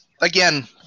again